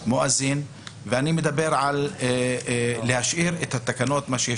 אנחנו נשאיר את התקנות שיש